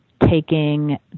taking